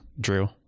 drew